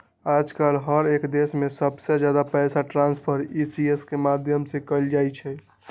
आजकल हर एक देश में सबसे ज्यादा पैसा ट्रान्स्फर ई.सी.एस के माध्यम से कइल जाहई